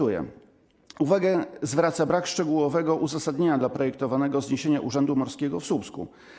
Uwagę zwraca brak szczegółowego uzasadnienia projektowanego zniesienia Urzędu Morskiego w Słupsku.